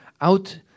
out